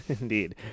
Indeed